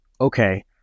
okay